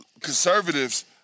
Conservatives